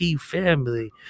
family